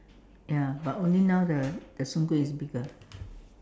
ya but only now the the Soon-Kueh is bigger